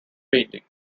painting